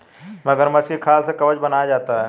मगरमच्छ की खाल से कवच बनाया जाता है